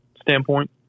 standpoint